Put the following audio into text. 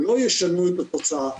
לא ישנו את התוצאה.